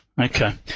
Okay